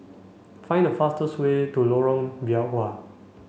find the fastest way to Lorong Biawak